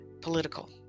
political